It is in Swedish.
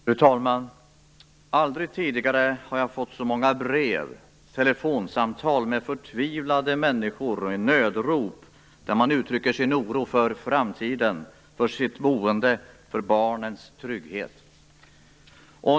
Fru talman! Aldrig tidigare har jag fått så många brev och telefonsamtal från förtvivlade människor - ja, nödrop - där man uttrycker sin oro för framtiden, för sitt boende, för barnens trygghet.